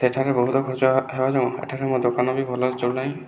ସେଠାରେ ବହୁତ ଖର୍ଚ୍ଚ ହେବା ଯୋଗୁଁ ଏଠାରେ ବି ମୋ ଦୋକାନ ଭଲ ଚଲୁନାହିଁ